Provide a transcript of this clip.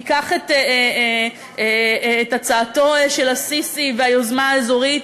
ייקח את הצעתו של א-סיסי והיוזמה האזורית,